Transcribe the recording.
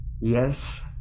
Yes